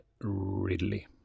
Ridley